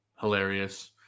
hilarious